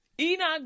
Enoch